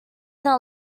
not